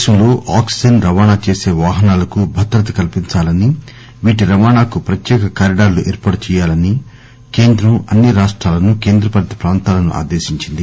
దేశంలో ఆక్పిజన్ రవాణా చేసే వాహనాలకు భద్రత కల్పించాలని వీటి రవాణాకు ప్రత్యేక కారిడార్ లు ఏర్పాటు చేయాలని కేంద్రం అన్ని రాష్టాలను కేంద్ర పాలిత ప్రాంతాలను ఆదేశించింది